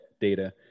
data